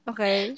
Okay